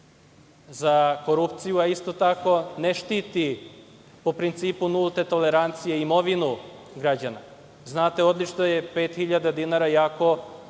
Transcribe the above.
za korupciju, a isto tako ne štiti po principu nulte tolerancije imovinu građana? Znate, pet hiljada dinara je